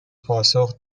پاسخ